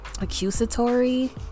Accusatory